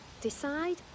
decide